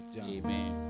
amen